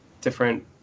different